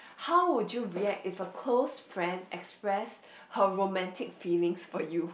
how would you react if a close friend express her romantic feelings for you